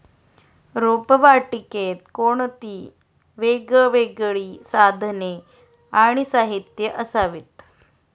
रोपवाटिकेत कोणती वेगवेगळी साधने आणि साहित्य असावीत?